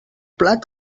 plat